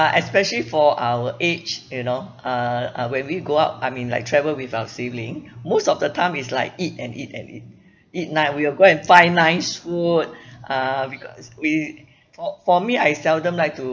especially for our age you know uh uh when we go out I mean like travel with our sibling most of the time is like eat and eat and eat eat night we will go and find nice food uh because we for for me I seldom like to